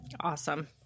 Awesome